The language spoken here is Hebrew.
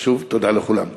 אז שוב, תודה לכולם.